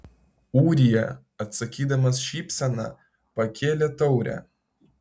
ūrija atsakydamas šypsena pakėlė taurę